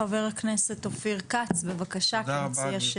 חה"כ אופיר כץ, בבקשה, אתה המציע השני.